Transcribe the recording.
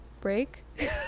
break